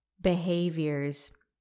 behaviors